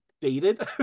dated